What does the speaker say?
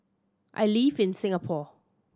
I live in Singapore